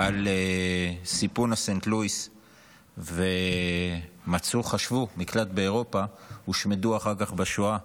על סיפון הסנט לואיס וחשבו שמצאו מקלט באירופה הושמדו אחר כך בשואה,